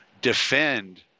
defend